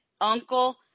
Uncle